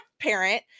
parent